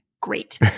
Great